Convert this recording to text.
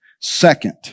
Second